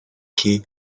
quais